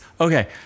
okay